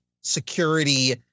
security